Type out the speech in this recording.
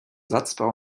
satzbau